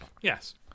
Yes